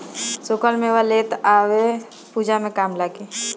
सुखल मेवा लेते आव पूजा में काम लागी